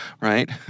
right